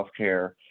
healthcare